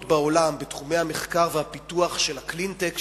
בעולם בתחומי המחקר והפיתוח של הקלין-טק,